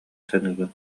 саныыбын